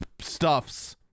stuffs